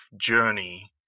journey